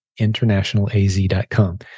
internationalaz.com